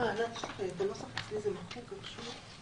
(1)המעסיק מקיים באותו מקום עבודה את האמור בתקנה 3א(1)(א),